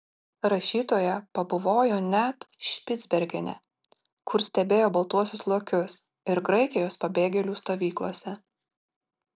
rašytoja pabuvojo net špicbergene kur stebėjo baltuosius lokius ir graikijos pabėgėlių stovyklose